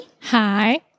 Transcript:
Hi